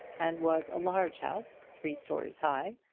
and was a large house, three stories high,